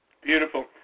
Beautiful